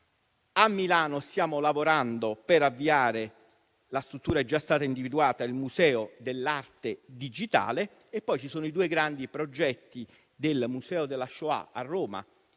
a Milano stiamo lavorando per avviare - la struttura è già stata individuata - il Museo dell'arte digitale e poi ci sono i due grandi progetti del Museo della Shoah a Roma,